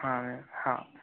हाँ हाँ